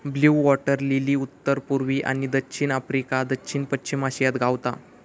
blue water lily उत्तर पुर्वी आणि दक्षिण आफ्रिका, दक्षिण पश्चिम आशियात गावता